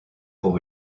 pour